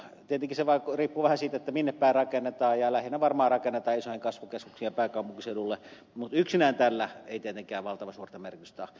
tietenkin se riippuu vähän siitä minnepäin rakennetaan ja lähinnä varmaan rakennetaan isoihin kasvukeskuksiin ja pääkaupunkiseudulle mutta yksinään tällä ei tietenkään valtavan suurta merkitystä ole